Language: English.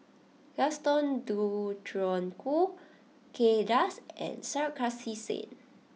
Gaston Dutronquoy Kay Das and Sarkasi Said